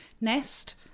nest